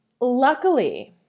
Luckily